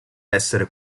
essere